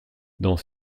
dans